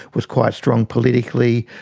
was quite strong politically.